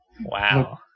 Wow